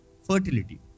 Fertility